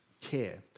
care